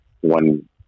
one